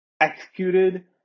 executed